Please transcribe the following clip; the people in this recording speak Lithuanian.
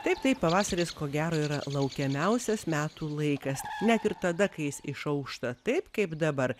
taip taip pavasaris ko gero yra laukiamiausias metų laikas net ir tada kai jis išaušta taip kaip dabar